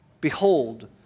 behold